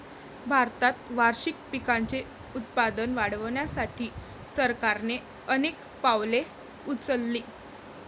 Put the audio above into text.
भारतात वार्षिक पिकांचे उत्पादन वाढवण्यासाठी सरकारने अनेक पावले उचलली